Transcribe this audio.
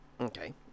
Okay